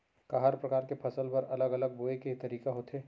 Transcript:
का हर प्रकार के फसल बर अलग अलग बोये के तरीका होथे?